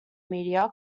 media